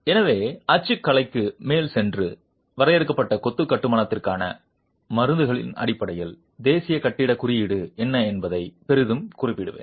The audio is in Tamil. எனவே அச்சுக்கலைக்கு மேல் சென்று வரையறுக்கப்பட்ட கொத்து கட்டுமானத்திற்கான மருந்துகளின் அடிப்படையில் தேசிய கட்டிடக் குறியீடு என்ன என்பதை பெரிதும் குறிப்பிடுவேன்